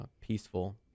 peaceful